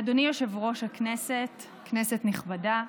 אדוני יושב-ראש הישיבה, כנסת נכבדה,